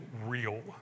real